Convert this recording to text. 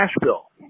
Nashville